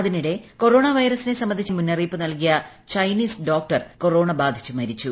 അതിനിടെ കൊറോണ വൈറസിനെ സംബന്ധിച്ച് ആദ്യമായി മുന്നറിയിപ്പ് നൽകിയ ചൈനീസ് ഡോക്ടർ കൊറോണ ബാധിച്ച് മരിച്ചു